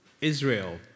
Israel